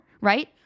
right